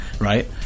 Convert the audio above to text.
right